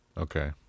Okay